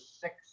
six